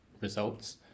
results